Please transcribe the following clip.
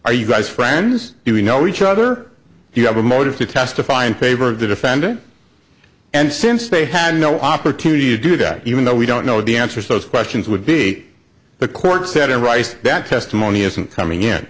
are you guys friends you know each other do you have a motive to testify in favor of the defendant and since they had no opportunity to do that even though we don't know the answers those questions would be the court said and right that testimony isn't coming in